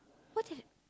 what did